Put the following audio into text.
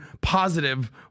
positive